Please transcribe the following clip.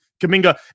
Kaminga